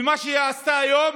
ומה שהיא עשתה היום,